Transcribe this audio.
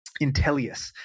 Intellius